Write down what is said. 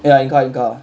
ya in car in car